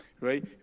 right